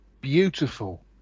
beautiful